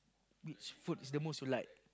which food is the most you like